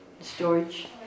storage